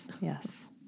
Yes